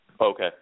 Okay